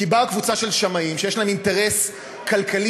כי באה קבוצה של שמאים שיש להם אינטרס כלכלי